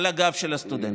על הגב של הסטודנטים.